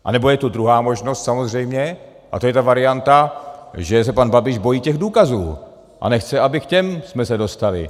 Anebo je tu druhá možnost, samozřejmě, a to je ta varianta, že se pan Babiš bojí těch důkazů a nechce, abychom k těm se dostali.